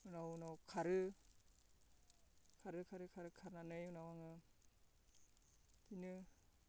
ओमफ्राय उनाव खारो खारै खारै खारनानै उनाव आङो बिदिनो